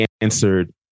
answered